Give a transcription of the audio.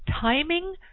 timing